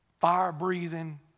fire-breathing